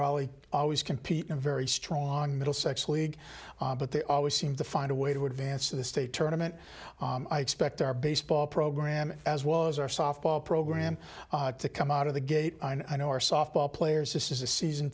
always always competing very strong middlesex league but they always seem to find a way to advance to the state tournament i expect our baseball program as well as our softball program to come out of the gate and i know our softball players this is a season